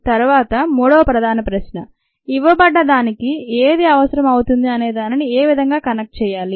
తరువాత మూడో ప్రధాన ప్రశ్న ఇవ్వబడ్డ దానికి ఏది అవసరం అవుతుంది అనే దానిని ఏవిధంగా కనెక్ట్ చేయాలి